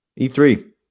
E3